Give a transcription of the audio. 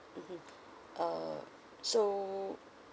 mmhmm uh so